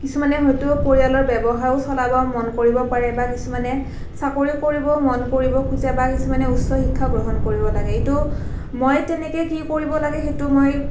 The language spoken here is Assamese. কিছুমানে হয়তো পৰিয়ালৰ ব্যৱসায়ো চলাব মন কৰিব পাৰে বা কিছুমানে চাকৰি কৰিব মন কৰিব খোজে বা কিছুমানে উচ্চ শিক্ষা গ্ৰহণ কৰিব লাগে এইটো মই তেনেকৈ কি কৰিব লাগে সেইটো মই